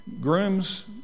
grooms